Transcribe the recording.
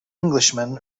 englishman